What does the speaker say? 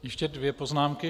Ještě dvě poznámky.